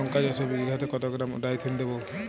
লঙ্কা চাষে বিঘাতে কত গ্রাম ডাইথেন দেবো?